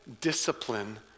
discipline